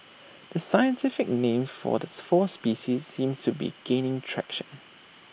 the scientific names for the four species seem to be gaining traction